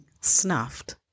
snuffed